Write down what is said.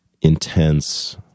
intense